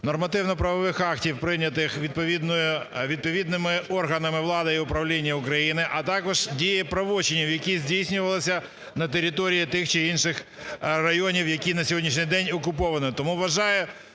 нормативно-правових актів, прийнятих відповідними органами влади і управління України, а також дія правочинів, які здійснювалися на території тих чи інших районів, які на сьогоднішній день окуповані.